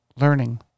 learning